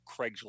Craigslist